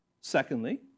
Secondly